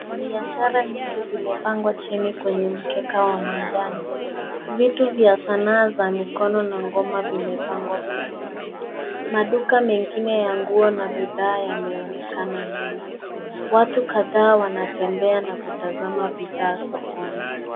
Biashara nyingi zimepangwa chini kwenye mkeka wa manjano . Vitu vya sanaa za mikono na ngona vimepangwa kuuzwa . Maduka mengine ya nguo na bidhaa yameonekana nyuma . Watu kadhaa wanatembea na kutazama bidhaa sokoni.